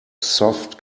soft